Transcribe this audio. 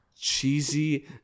cheesy